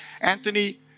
Anthony